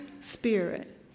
spirit